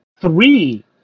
three